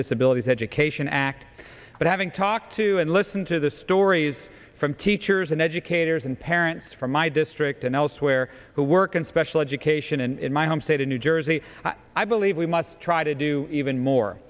disabilities education act but having talked to and listen to the stories from teachers and educators and parents from my district and elsewhere who work in special education in my home state of new jersey i believe we must try to do even more